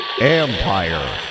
Empire